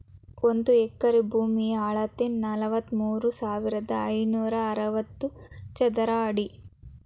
ಒಂದು ಎಕರೆ ಭೂಮಿಯ ಅಳತೆ ನಲವತ್ಮೂರು ಸಾವಿರದ ಐನೂರ ಅರವತ್ತು ಚದರ ಅಡಿ